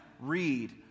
read